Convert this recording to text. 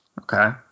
Okay